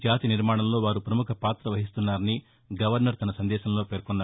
జాతి నిర్మాణంలో వారు ప్రముఖ పాత వహిస్తున్నారని గవర్నర్ తన సందేశంలో పేర్కొన్నారు